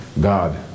God